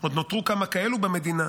עוד נותרו כמה כאלו במדינה,